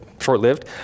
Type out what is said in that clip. short-lived